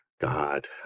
God